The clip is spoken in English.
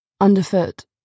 Underfoot